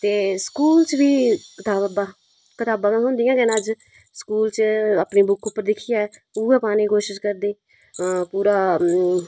ते स्कूल च बी कताबां कताबां ते थ्होंदियें गै न अज्ज स्कूल च अपनी बुक्क च दिक्खियै उऐ पाने दी कोशश करदे पूरा